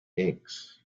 inks